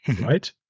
right